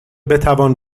بتوان